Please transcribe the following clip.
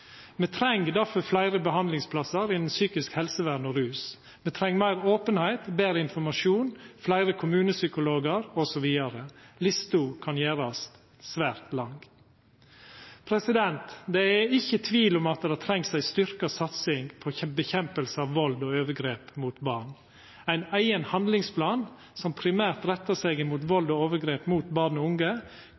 Me treng derfor fleire behandlingsplassar innafor psykisk helsevern og rus. Me treng meir openheit, betre informasjon, fleire kommunepsykologar osv. Lista kan gjerast svært lang. Det er ikkje tvil om at det trengst ei styrka satsing på kampen mot vald og overgrep mot barn. Ein eigen handlingsplan, som primært rettar seg mot vald og overgrep mot barn og unge,